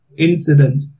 incident